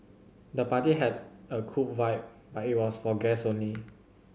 the party had a cool vibe but it was for guests only